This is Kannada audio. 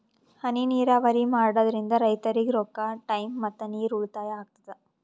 ಹನಿ ನೀರಾವರಿ ಮಾಡಾದ್ರಿಂದ್ ರೈತರಿಗ್ ರೊಕ್ಕಾ ಟೈಮ್ ಮತ್ತ ನೀರ್ ಉಳ್ತಾಯಾ ಆಗ್ತದಾ